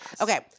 Okay